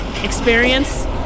experience